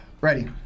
Ready